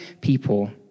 people